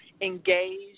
engaged